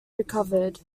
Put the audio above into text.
recovered